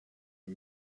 the